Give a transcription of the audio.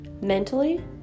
mentally